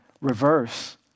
reverse